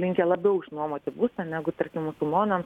linkę labiau išnuomoti būstą negu tarkim musulmonams